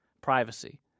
privacy